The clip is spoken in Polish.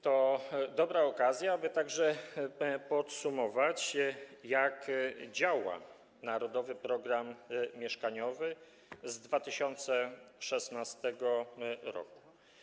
To dobra okazja, aby także podsumować, jak działa „Narodowy program mieszkaniowy” z 2016 r.